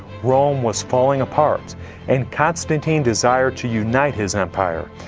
rome was falling apart and constantine desired to unite his empire.